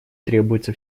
требуется